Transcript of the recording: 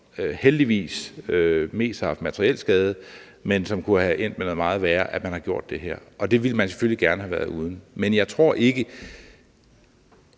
heldigvis mest har gjort materiel skade, men som kunne have endt med noget meget værre, at man har gjort det her – og det ville man selvfølgelig gerne have været foruden. Men jeg tror ikke,